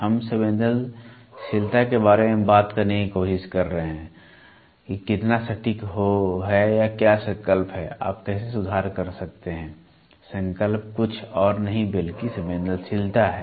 हम संवेदनशीलता के बारे में बात करने की कोशिश कर रहे हैं कि कितना सटीक है या क्या संकल्प है आप कैसे सुधार करते हैं संकल्प कुछ और नहीं बल्कि संवेदनशीलता है